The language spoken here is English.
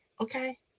okay